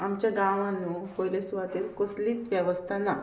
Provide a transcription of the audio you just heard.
आमच्या गांवांन नू पयले सुवातेर कसलीच वेवस्था ना